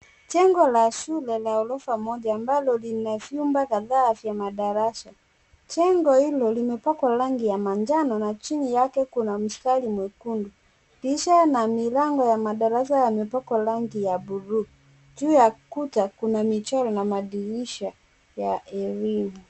Jengo la shule la ghorofa moja ambalo lina vyumba kadhaa vya madarasa. Jengo hilo limepakwa rangi ya manjano na juuyake kuna mstari mwekundu. Madirisha na milango ya madarasa yamepakwa rangi ya buluu. Juu ya kuta kuna michoro na madirisha ya elimu.